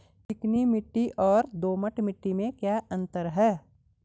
चिकनी मिट्टी और दोमट मिट्टी में क्या अंतर है?